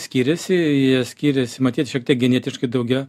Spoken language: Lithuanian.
skiriasi skiriasi matyt šiek tiek genetiškai daugia